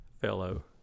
fellow